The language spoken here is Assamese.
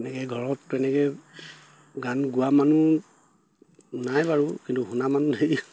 এনেকে ঘৰত তেনেকে গান গোৱা মানুহ নাই বাৰু কিন্তু শুনা মানুহ ঢ়েৰ